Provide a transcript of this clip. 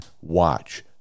watch